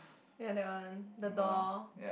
ya that one the door